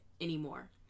anymore